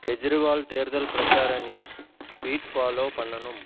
கெஜ்ரிவால் தேர்தல் பிரச்சார news beat follow பண்ணனும்